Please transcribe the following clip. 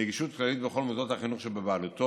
נגישות כללית בכל מוסדות החינוך שבבעלותו.